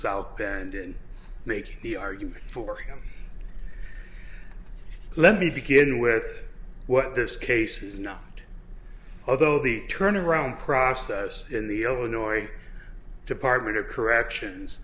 south bend and make the argument for him let me begin with what this case is not although the turnaround process in the illinois department of corrections